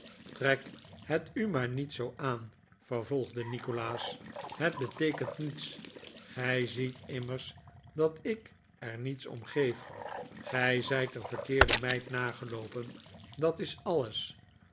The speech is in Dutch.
trek het u maar niet zoo aan vervolgde nikolaas het beteekent niets gij ziet immers dat ik er niets om geef gij zijt een verkeerde meid nageloopen dat is alles